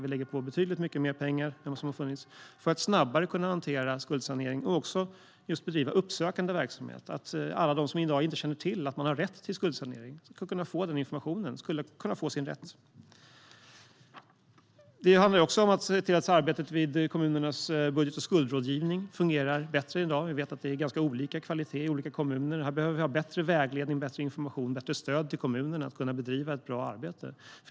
Vi lägger på betydligt mycket mer pengar än vad som har funnits tidigare för att snabbare kunna hantera skuldsanering och också bedriva uppsökande verksamhet så att alla de som i dag inte känner till att de har rätt till skuldsanering ska få den informationen och möjlighet att få hjälp. Det handlar också om att se till att arbetet vid kommunernas budget och skuldrådgivning fungerar bättre än i dag. Vi vet att det är ganska olika kvalitet i olika kommuner. Här behöver vi ha bättre vägledning, bättre information och bättre stöd till kommunerna för att de ska kunna bedriva ett bra arbete.